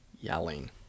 yelling